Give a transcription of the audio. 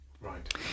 Right